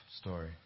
story